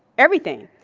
everything.